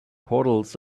portals